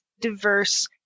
diverse